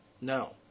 No